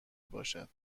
باشد